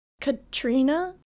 katrina